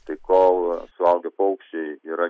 tai kol suaugę paukščiai yra